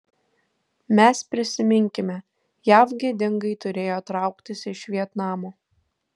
mes prisiminkime jav gėdingai turėjo trauktis iš vietnamo